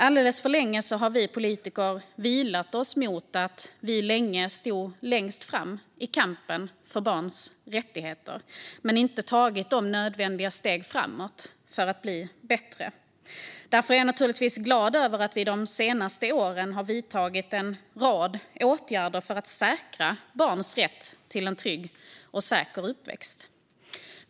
Alldeles för länge har vi politiker vilat oss mot att vi länge stod längst fram i kampen för barns rättigheter och därför inte tagit de nödvändiga stegen framåt för att bli bättre. Därför är jag naturligtvis glad över att vi de senaste åren har vidtagit en rad åtgärder för att säkra barns rätt till en trygg och säker uppväxt.